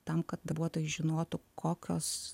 tam kad darbuotojai žinotų kokios